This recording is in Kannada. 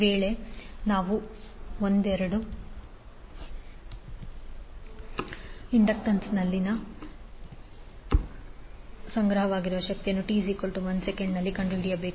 ವೇಳೆ ನಾವು ಒಂದೆರಡು ಇಂಡಕ್ಟನ್ಸ್ನಲ್ಲಿ ಸಂಗ್ರಹವಾಗಿರುವ ಶಕ್ತಿಯನ್ನು t 1s ನಲ್ಲಿ ಕಂಡು ಹಿಡಿಯಬೇಕು